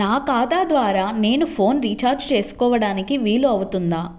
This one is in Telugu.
నా ఖాతా ద్వారా నేను ఫోన్ రీఛార్జ్ చేసుకోవడానికి వీలు అవుతుందా?